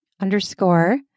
underscore